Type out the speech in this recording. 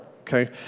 Okay